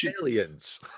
aliens